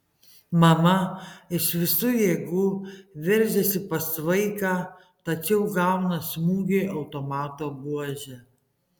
mama iš visų jėgų veržiasi pas vaiką tačiau gauna smūgį automato buože